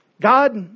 God